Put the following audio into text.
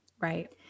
right